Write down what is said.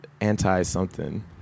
Anti-something